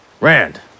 Rand